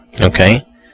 okay